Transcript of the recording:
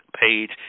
page